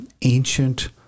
ancient